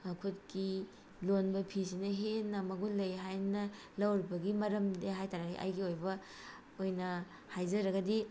ꯈꯨꯠꯀꯤ ꯂꯣꯟꯕ ꯐꯤꯁꯤꯅ ꯍꯦꯟꯅ ꯃꯒꯨꯜ ꯂꯩ ꯍꯥꯏꯅ ꯂꯧꯔꯤꯕꯒꯤ ꯃꯔꯝ ꯍꯥꯏꯇꯥꯔꯒꯗꯤ ꯑꯩꯒꯤ ꯑꯣꯏꯕ ꯑꯣꯏꯅ ꯍꯥꯏꯖꯔꯒꯗꯤ